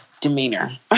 demeanor